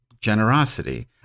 generosity